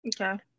Okay